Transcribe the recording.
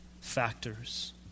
factors